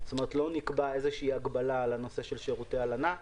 לא נקבעה הגבלה על שירותי הלנה.